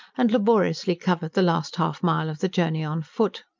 and laboriously covered the last half-mile of the journey on foot.